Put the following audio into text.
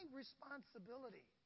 responsibility